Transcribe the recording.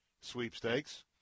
sweepstakes